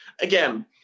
Again